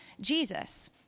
Jesus